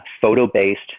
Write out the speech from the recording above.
photo-based